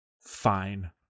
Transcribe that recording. fine